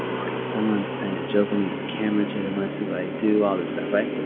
ah okay, someone's playing a joke on me. there's cameras here. they want to see what i do, all this stuff, right?